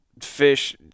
fish